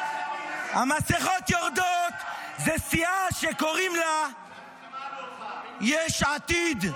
המסכות יורדות זו סיעה שקוראים לה יש עתיד.